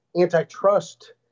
antitrust